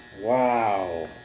Wow